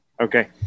okay